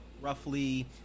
roughly